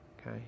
Okay